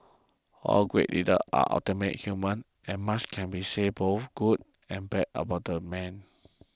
all great leaders are ultimately human and much can be said both good and bad about the man